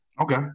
Okay